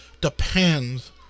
Depends